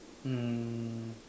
um